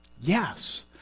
Yes